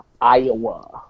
Iowa